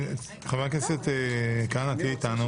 חבר הכנסת כהנא, תהיה איתנו.